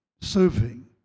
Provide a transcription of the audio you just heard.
serving